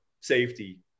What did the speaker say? safety